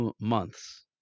months